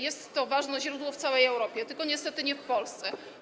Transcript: Jest to ważne źródło w całej Europie, tylko niestety nie w Polsce.